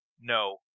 no